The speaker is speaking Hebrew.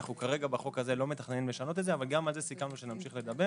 אנו בחוק הזה לא מתכננים לשנות את זה אבל גם על זה סיכמנו שנמשיך לדבר.